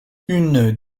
une